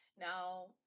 Now